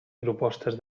propostes